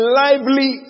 lively